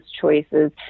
choices